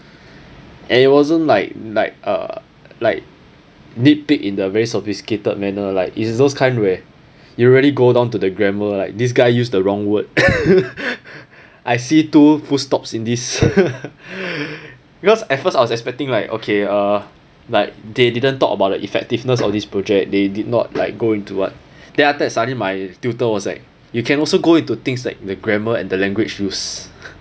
and it wasn't like like uh like nitpick in the very sophisticated manner like is those kind where you really go down to the grammar like this guy used the wrong word I see two full stops in this because at first I was expecting like okay uh like they didn't talk about the effectiveness of this project they did not like go into what then after that suddenly my tutor was like you can also go into things like the grammar and the language use